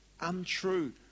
untrue